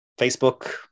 Facebook